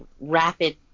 rapid